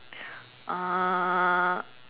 uh